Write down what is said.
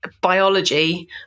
biology